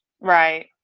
Right